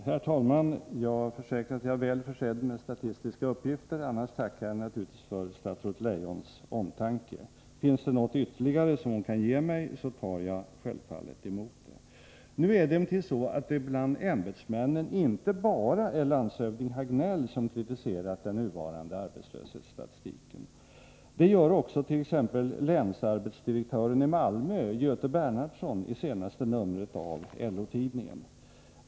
Herr talman! Jag försäkrar att jag är väl försedd med statistiska uppgifter. Annars tackar jag naturligtvis för statsrådet Leijons omtanke. Finns det något ytterligare hon kan ge mig tar jag självfallet emot det. Nu är det emellertid så att det bland ämbetsmännen inte bara är landshövding Hagnell som har kritiserat den nuvarande arbetslöshetsstatistiken. Det gör också t.ex. länsarbetsdirektören i Malmö, Göte Bernhardsson, i senaste numret av LO-tidningen.